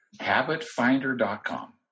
Habitfinder.com